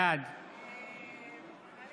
בעד